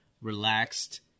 relaxed